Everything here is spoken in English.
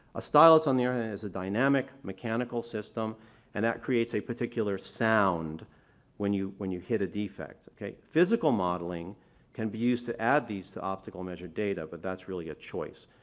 a stylus on the other hand is a dynamic, mechanical system and that creates a particular sound when you when you hit a defect, okay. physical modeling can be used to add these to optical measured data, but that's really a choice.